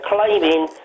claiming